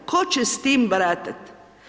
Tko će s time baratati.